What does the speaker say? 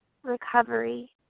recovery